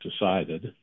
decided